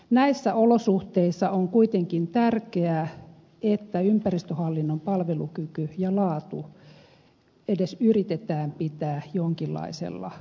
näissä olosuhteissa on kuitenkin tärkeää että ympäristöhallinnon palvelukyky ja laatu edes yritetään pitää jonkinlaisella kohtuullisella tasolla